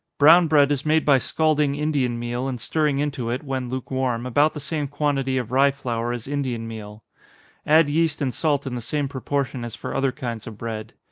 brown bread is made by scalding indian meal, and stirring into it, when lukewarm, about the same quantity of rye flour as indian meal add yeast and salt in the same proportion as for other kinds of bread.